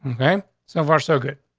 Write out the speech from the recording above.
okay. so far, so good.